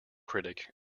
critic